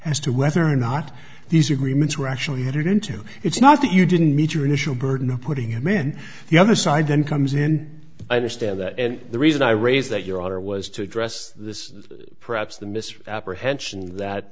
as to whether or not these agreements were actually entered into it's not that you didn't meet your initial burden of putting him in the other side then comes in i understand that and the reason i raise that your honor was to address this perhaps the mr apprehension that